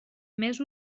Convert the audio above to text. més